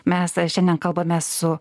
mes šiandien kalbame su